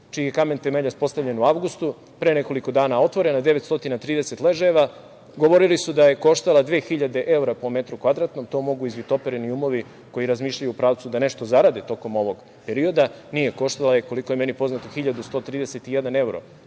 čiji kamen temeljac je postavljen u avgustu, pre nekoliko dana otvorena, 930 ležajeva. Govorili su da je koštala 2.000 evra po metru kvadratnom. To mogu izvitopereni umovi, koji razmišljaju u pravcu da nešto zarade tokom ovog perioda. Nije, koštala je, koliko je meni poznato, 1.131 evro